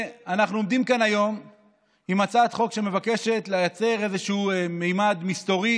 אנחנו עומדים כאן היום עם הצעת חוק שמבקשת לייצר איזשהו ממד מסתורי